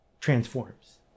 transforms